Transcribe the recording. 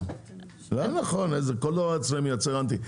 לא נכון, כל דבר אצלם מייצר אנטי.